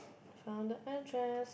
from the address